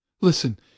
Listen